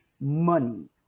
money